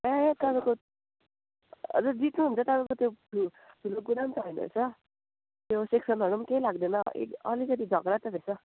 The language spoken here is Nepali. ए तपाईँको हजुर जित्नुहुन्छ तपाईँको त्यो ठुल ठुलो कुरा नि त होइन रहेछ त्यो सेक्सनहरू नि केही लाग्दैन अलि अलिकति झगडा त रहेछ